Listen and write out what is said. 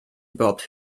überhaupt